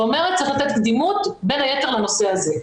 ואומרת שצריך לתת קדימות בין היתר לנושא הזה.